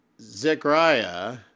Zechariah